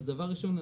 אז דבר ראשון,